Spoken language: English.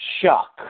shock